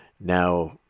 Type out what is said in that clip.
Now